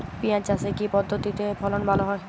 পিঁয়াজ চাষে কি পদ্ধতিতে ফলন ভালো হয়?